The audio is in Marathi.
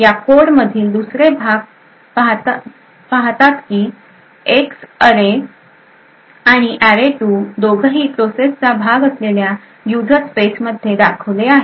या कोड मधील दुसरे भाग पाहतात की Xअरे आणि अरे2 दोघंही प्रोसेस चा भाग असलेल्या युजर स्पेसमध्ये दाखवले आहेत